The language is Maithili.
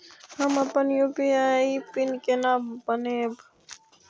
हम अपन यू.पी.आई पिन केना बनैब?